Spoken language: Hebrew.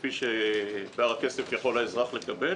כפי שבהר הכסף יכול האזרח לקבל